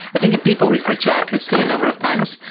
i think if people refer to accuracy a number of times,